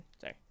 Sorry